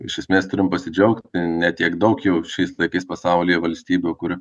iš esmės turim pasidžiaugti ne tiek daug jau šiais laikais pasaulyje valstybių kur